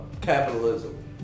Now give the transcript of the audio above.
capitalism